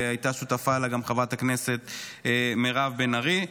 שהייתה שותפה לה גם חברת הכנסת מירב בן ארי.